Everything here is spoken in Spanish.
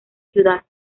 ciudad